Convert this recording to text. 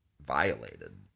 violated